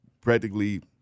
practically